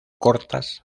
cortas